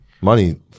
Money